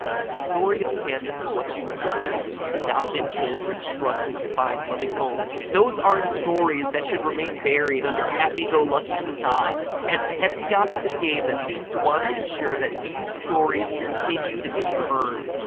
but the story of candace and what she represents. adopted children. struggling to find loving homes. those aren't stories that should remain buried under happy-go-lucky facades, and petscop is a game that seems to want to ensure that these stories continue to be heard.